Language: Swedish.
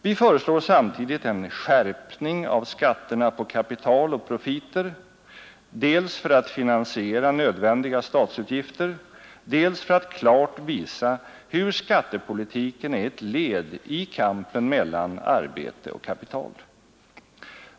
Vi föreslår samtidigt en skärpning av skatterna på kapital och profiter dels för att finansiera nödvändiga statsutgifter, dels för att klart visa hur skattepolitiken är ett led i kampen mellan arbete och kapital.